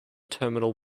terminal